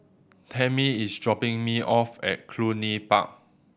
Tammie is dropping me off at Cluny Park